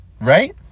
right